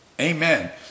Amen